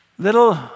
Little